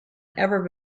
ever